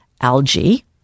algae